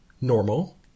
normal